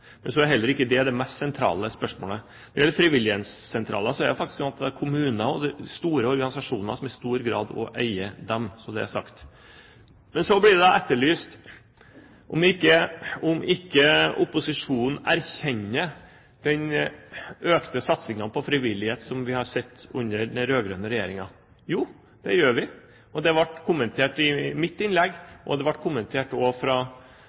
Men så er heller ikke det det mest sentrale spørsmålet. Når det gjelder frivillighetssentraler, er det faktisk slik at det er kommuner og store organisasjoner som i stor grad eier dem – bare så det er sagt. Så blir det etterlyst om ikke opposisjonen erkjenner den økte satsingen på frivillighet som vi har sett under den rød-grønne regjeringen. Jo, det gjør vi. Det ble kommentert i mitt innlegg. Det ble kommentert også av representanten Thommessen fra